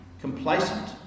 complacent